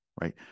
right